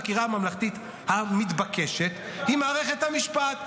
החקירה הממלכתית המתבקשת הוא מערכת המשפט.